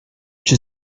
czy